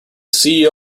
ceo